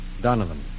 Donovan